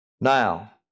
Now